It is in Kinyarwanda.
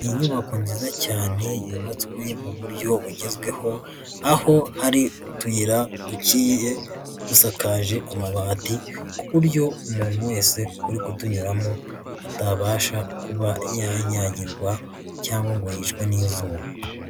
Inyubako nziza cyane yubatswe mu buryo bugezweho, aho hari utuyira duciye dusakaje amabati ku buryo umuntu wese uri kutunyuramo, atabasha kuba yanyagirwa cyangwa ngo yicwe n'izuba.